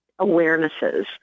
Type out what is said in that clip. awarenesses